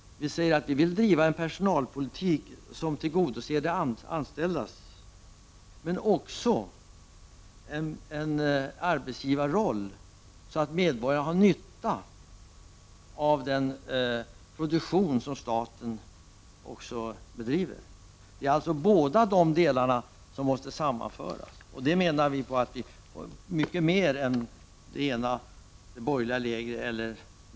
Vi vill driva en personalpolitik som tillgodoser de anställdas önskemål. Men vi vill också ha en arbetsgivarroll så att medborgarna får nytta av den produktion som staten bedriver. Det är alltså båda dessa delar som måste sammanföras. Det är mer än vad det borgerliga lägret eller vpk gör.